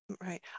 Right